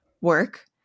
work